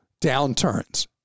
downturns